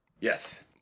Yes